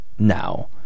Now